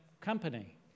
company